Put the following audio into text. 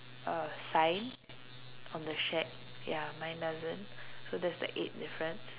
uh sign on the shack ya mine doesn't so that's the eighth difference